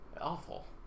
awful